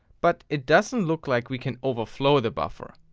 but it doesn't look like we can overflow the buffer.